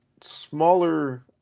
smaller